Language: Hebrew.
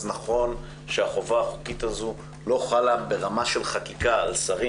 אז נכון שהחובה החוקית הזו לא חלה ברמה של חקיקה על שרים,